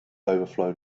overflowed